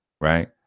Right